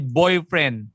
boyfriend